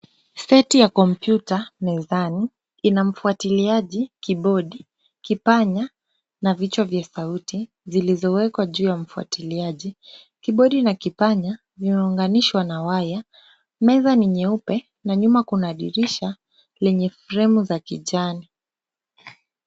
Seti ya kompyuta mezani ina mfuatiliaji kibodi, kipanya na vichwa vya sauti zilizowekwa juu ya mfuatiliaji. Kibodi na kipanya vimeunganishwa na waya. Meza ni nyeupe na nyuma kuna dirisha lenye fremu za kijani.